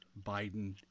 biden